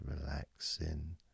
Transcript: relaxing